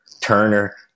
Turner